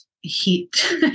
heat